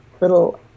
little